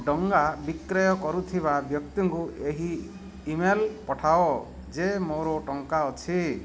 ଡଙ୍ଗା ବିକ୍ରୟ କରୁଥିବା ବ୍ୟକ୍ତିଙ୍କୁ ଏକ ଇ ମେଲ୍ ପଠାଅ ଯେ ମୋର ଟଙ୍କା ଅଛି